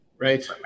Right